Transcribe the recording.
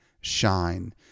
shine